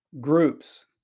groups